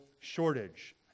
shortage